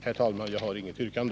Herr talman! Jag har inget yrkande.